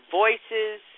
voices